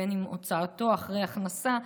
בין שהוצאתו אחרי הכנסה.